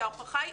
כי ההוכחה היא,